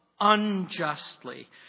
unjustly